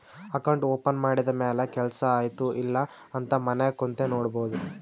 account open ಮಾಡಿದ ಮ್ಯಾಲ ಕೆಲ್ಸಾ ಆಯ್ತ ಇಲ್ಲ ಅಂತ ಮನ್ಯಾಗ್ ಕುಂತೆ ನೋಡ್ಬೋದ್